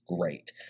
great